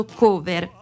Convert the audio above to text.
cover